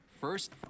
first